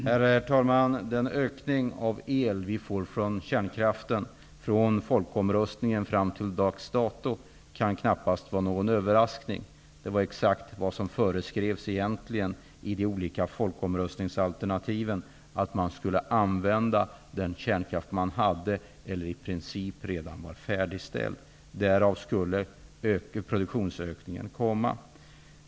Herr talman! Den ökning av el vi får från kärnkraften efter folkomröstningen och fram till dags dato kan knappast vara någon överraskning. Det var exakt vad som föreskrevs i de olika folkomröstningsalternativen. Man skulle använda den kärnkraft man hade eller som i princip redan var färdigställd. Därav skulle en produktionsökning kunna komma.